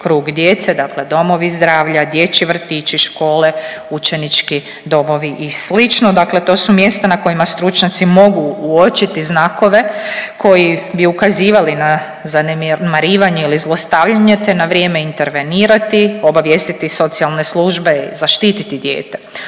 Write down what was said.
krug djece, dakle domovi zdravlja, dječji vrtići, škole, učenički domovi i slično, dakle to su mjesta na kojima stručnjaci mogu uočiti znakove koji bi ukazivali na zanemarivanje ili zlostavljanje, te na vrijeme intervenirati, obavijestiti socijalne službe i zaštititi dijete,